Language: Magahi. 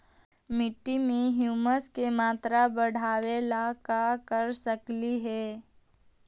मिट्टी में ह्यूमस के मात्रा बढ़ावे ला का कर सकली हे?